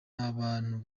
abantu